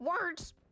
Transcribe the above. Words